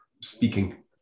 speaking